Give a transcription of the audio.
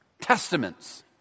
Testaments